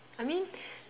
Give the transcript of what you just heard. I mean